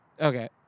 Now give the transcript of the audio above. Okay